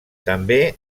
també